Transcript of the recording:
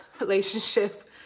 relationship